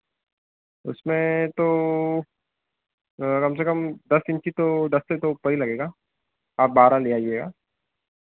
उसमें तो कम से कम दस इंची दस से तो ऊपर ही लगेगा आप बारह ले आइएगा